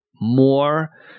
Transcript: more